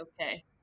okay